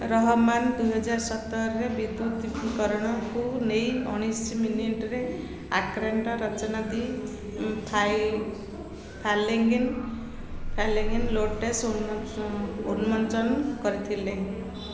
ରହମାନ୍ ଦୁଇହଜାର ସତରରେ ବିମୁଦ୍ରୀକରଣ କୁ ନେଇ ଉଣେଇଶି ମିନିଟ୍ରେ ଆର୍କେଷ୍ଟ୍ରା ରଚନା ଦି ଫ୍ଲାଲିଙ୍ଗିନ୍ ଫ୍ଲାଲିଙ୍ଗିନ୍ ଲୋଟସ୍ ଉନ୍ମୋଚନ କରିଥିଲେ